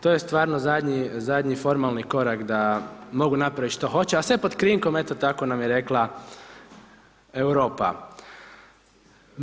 To je stvarno zadnji formalni korak da mogu napraviti šta hoće, a sve pod krinkom, eto tako nam je rekla Europa.